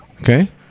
Okay